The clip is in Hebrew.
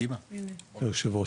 היושב ראש